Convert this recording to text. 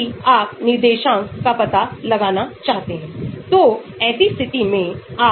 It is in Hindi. इसे steric प्रभाव कहा जाता हैअथवा इसे Taft पैरामीटर भी कहा जाता है इसकी गणना log k RCOOCH3 log CH3 COOCH3से की जाती है